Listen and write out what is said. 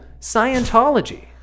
Scientology